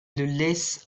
laisse